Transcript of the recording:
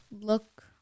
look